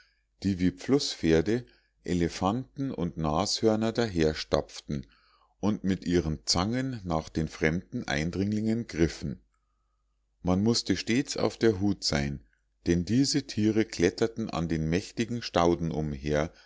die wie flußpferde elefanten und nashörner daherstapften und mit ihren zangen nach den fremden eindringlingen griffen man mußte stets auf der hut sein denn diese tiere kletterten an den mächtigen stauden umher